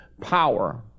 power